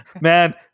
Man